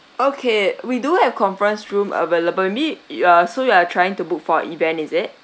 okay we do have conference room available mean uh so you are trying to book for event is it